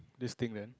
this thing then